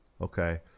okay